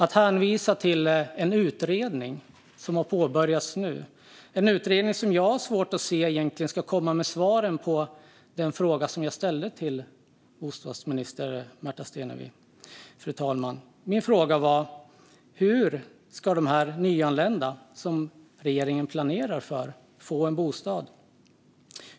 Hon hänvisar till en utredning som har påbörjats nu. Det är en utredning som jag har svårt att se ska komma med svaren på den fråga som jag ställde bostadsminister Märta Stenevi, fru talman. Min fråga var: Hur ska de nyanlända som regeringen planerar för få en bostad?